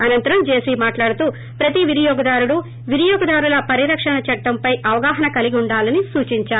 అనంతరం జేసీ మాట్లాడుతూ ప్రతి వినియోగదారుడూ వినియోగదారుల పరిరక్షణ చట్లంపై అవగాహన కలిగి ఉండాలని సూచించారు